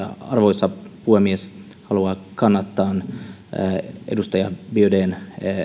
arvoisa puhemies haluan kannattaa edustaja biaudetn